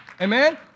Amen